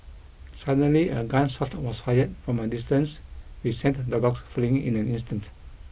suddenly a gun shot was fired from a distance which sent the dogs fleeing in an instant